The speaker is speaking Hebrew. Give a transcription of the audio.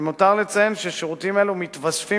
למותר לציין ששירותים אלו מתווספים